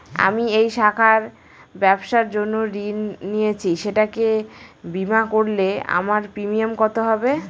আমি এই শাখায় ব্যবসার জন্য ঋণ নিয়েছি সেটাকে বিমা করলে আমার প্রিমিয়াম কত হবে?